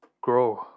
grow